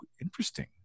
interesting